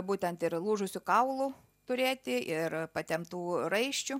būtent ir lūžusių kaulų turėti ir patemptų raiščių